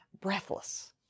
breathless